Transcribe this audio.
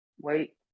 wait